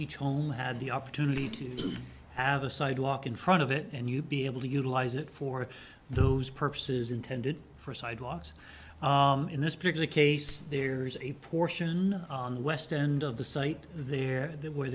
each home had the opportunity to have a sidewalk in front of it and you'd be able to utilize it for those purposes intended for sidewalks in this particular case there is a portion on the west end of the site there that where